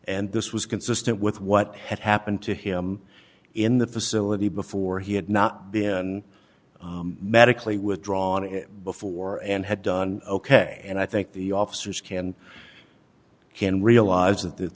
and this was consistent with what had happened to him in the facility before he had not been medically withdrawn before and had done ok and i think the officers can and can realize that that